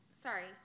sorry